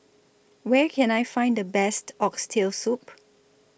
Where Can I Find The Best Oxtail Soup